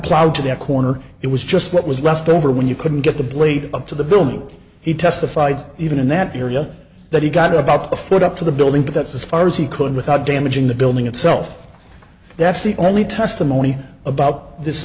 plowed to the corner it was just what was left over when you couldn't get the blade up to the building he testified even in that area that he got about a foot up to the building but that's as far as he could without damaging the building itself that's the only testimony about this